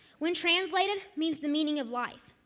when translated, means the meaning of life.